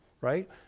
right